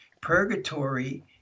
Purgatory